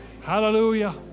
Hallelujah